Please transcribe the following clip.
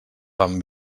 fan